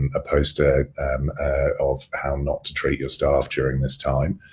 and opposed to of how not to treat your staff during this time.